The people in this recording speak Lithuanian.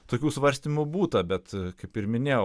tokių svarstymų būta bet kaip ir minėjau